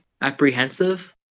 apprehensive